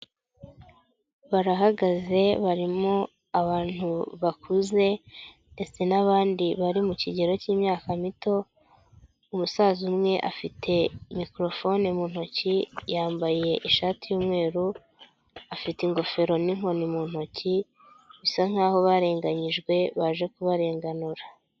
Barahagaze barimo abantu bakuze ndetse n'abandi bari mu kigero k'imyaka mito umusaza umwe afite mikorohone mu ntoki yambaye, ishati y'umweru afite ingofero n'inkoni mu ntoki, bisa nk'aho barenganyijwe baje kubarenganura.